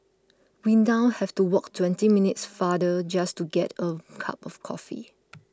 we now have to walk twenty minutes farther just to get a cup of coffee